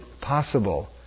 possible